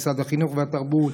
משרד החינוך והתרבות,